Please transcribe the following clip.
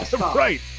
Right